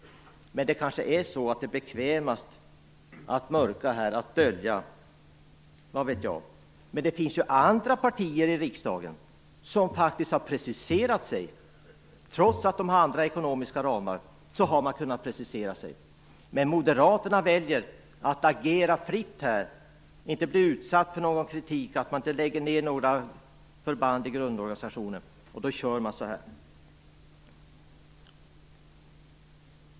Men det kanske är bekvämast att dölja det, vad vet jag? Det finns ju andra partier i riksdagen som, trots andra ekonomiska ramar, faktiskt har kunnat precisera sig. Men Moderaterna väljer här att agera fritt för att inte utsätta sig för någon kritik för nedläggningar av förband i grundorganisationen. Fru talman!